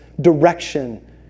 direction